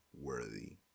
worthy